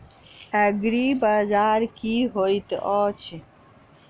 एग्रीबाजार की होइत अछि?